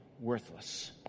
worthless